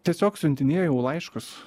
tiesiog siuntinėjau laiškus